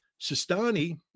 Sistani